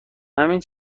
همین